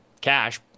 cash